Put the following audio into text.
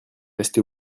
resté